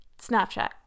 Snapchat